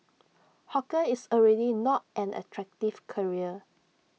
hawker is already not an attractive career